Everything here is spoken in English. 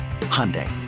Hyundai